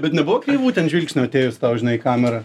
bet nebuvo būtent žvilgsnio atėjus tau žinai į kamerą